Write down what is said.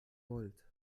volt